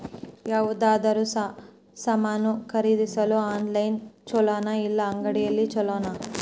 ಯಾವುದಾದರೂ ಸಾಮಾನು ಖರೇದಿಸಲು ಆನ್ಲೈನ್ ಛೊಲೊನಾ ಇಲ್ಲ ಅಂಗಡಿಯಲ್ಲಿ ಛೊಲೊನಾ?